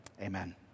amen